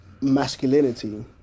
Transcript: masculinity